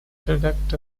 product